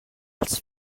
els